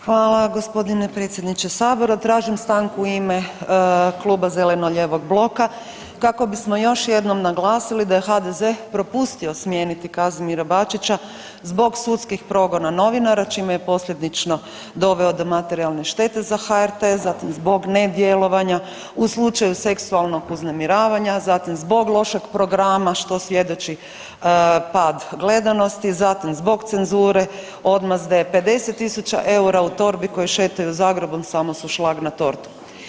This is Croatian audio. Hvala g. predsjedniče Sabora, tražim stanku u ime Kluba zastupnika zeleno-lijevog bloka kako bismo još jednom naglasili da je HDZ propustio smijeniti Kazimira Bačića zbog sudskih progona novinara čime je posljedično doveo do materijalne štete za HRT, zatim zbog nedjelovanja u slučaju seksualnog uznemiravanja, zatim zbog lošeg programa, što svjedoči pad gledanosti, zatim zbog cenzure, odmazde 50 tisuća eura u torbi koje šetaju Zagrebom, samo su šlag na tortu.